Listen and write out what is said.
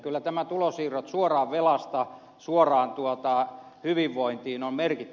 kyllä nämä tulosiirrot suoraan velasta suoraan tuottaa hyvinvointina merkit